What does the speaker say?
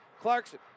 Clarkson